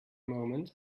moment